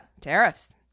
Tariffs